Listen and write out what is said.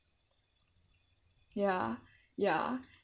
ya ya